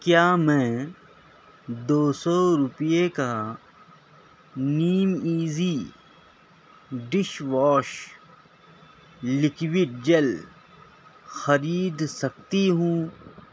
کیا میں دو سو روپیے کا نیم easy dish wash liquid gel خرید سکتی ہوں